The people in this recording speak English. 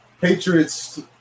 Patriots